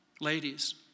Ladies